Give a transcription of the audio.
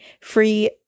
free